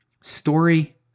Story